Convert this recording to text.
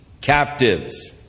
captives